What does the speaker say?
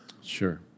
Sure